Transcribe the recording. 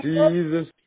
Jesus